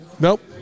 nope